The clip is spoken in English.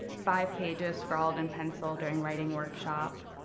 five pages scrawled in pencil during writing workshop,